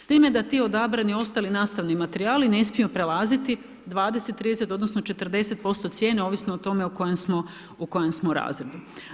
S time da ti odabrani ostali nastavni materijali ne smiju prelaziti 20, 30, odnosno 40% cijene, ovisno o tome o kojem razredu.